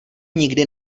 nikdy